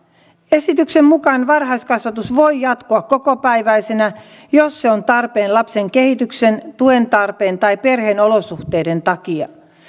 esityksen mukaan varhaiskasvatus voi jatkua kokopäiväisenä jos se on tarpeen lapsen kehityksen tuen tarpeen tai perheen olosuhteiden takia